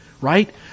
right